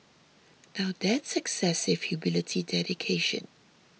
now that's excessive humility dedication